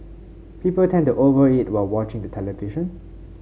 people tend to over eat while watching the television